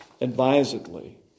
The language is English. advisedly